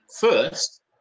first